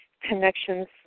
connections